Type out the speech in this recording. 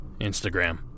Instagram